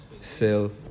sell